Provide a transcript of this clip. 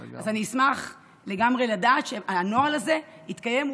אני אשמח לגמרי לדעת שהנוהל הזה יתקיים.